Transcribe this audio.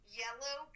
yellow